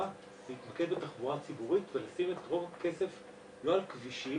להתמקד בתחבורה הציבורית ולשים את רוב הכסף לא על כבישים,